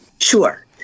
Sure